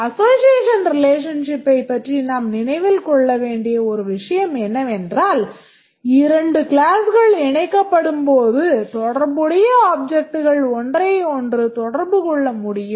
Association relationship ஐப் பற்றி நாம் நினைவில் கொள்ள வேண்டிய ஒரு விஷயம் என்னவென்றால் இரண்டு கிளாஸ்கள் இணைக்கப்படும்போது தொடர்புடைய ஆப்ஜெக்ட்கள் ஒன்றையொன்று தொடர்பு கொள்ள முடியும்